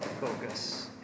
focus